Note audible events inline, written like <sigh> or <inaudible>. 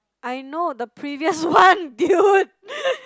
I know the previous one dude <laughs>